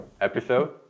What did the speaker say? episode